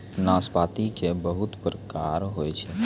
नाशपाती के बहुत प्रकार होय छै